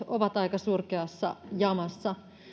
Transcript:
ovat aika surkeassa jamassa